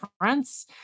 difference